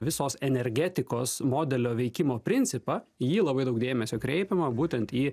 visos energetikos modelio veikimo principąį jį labai daug dėmesio kreipiama būtent į